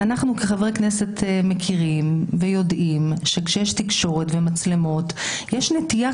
אנחנו כחברי כנסת מכירים ויודעים שכשיש תקשורת ומצלמות יש נטייה